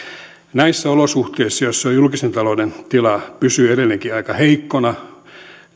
näissä olosuhteissa joissa julkisen talouden tila pysyy edelleenkin aika heikkona